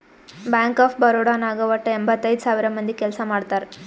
bank of Baroda ನಾಗ್ ವಟ್ಟ ಎಂಭತ್ತೈದ್ ಸಾವಿರ ಮಂದಿ ಕೆಲ್ಸಾ ಮಾಡ್ತಾರ್